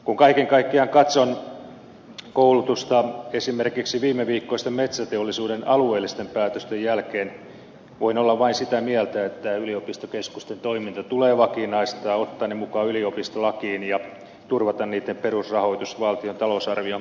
kun kaiken kaikkiaan katson koulutusta esimerkiksi viimeviikkoisten metsäteollisuuden alueellisten päätösten jälkeen voin olla vain sitä mieltä että yliopistokeskusten toiminta tulee vakinaistaa ottaa ne mukaan yliopistolakiin ja turvata niitten perusrahoitus valtion talousarvion kautta